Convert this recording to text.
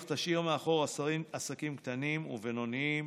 אך תשאיר מאחור עסקים קטנים ובינוניים